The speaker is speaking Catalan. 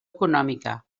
econòmica